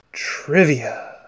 Trivia